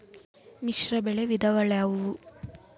ಮಿಶ್ರಬೆಳೆ ವಿಧಗಳಾವುವು?